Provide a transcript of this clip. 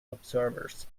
observers